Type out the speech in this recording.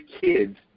kids